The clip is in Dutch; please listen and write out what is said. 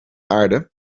aarde